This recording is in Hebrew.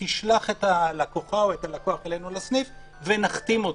תשלח את הלקוחה או את הלקוח אלינו לסניף ונחתים אותו.